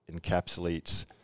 encapsulates